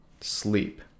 sleep